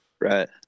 Right